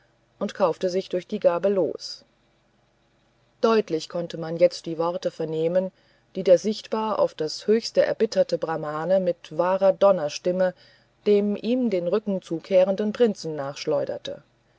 und kaufte sich durch die gabe los deutlich konnte man jetzt die worte vernehmen die der sichtbar auf das höchste erbitterte brahmane mit wahrer donnerstimme dem ihm den rücken zukehrenden prinzen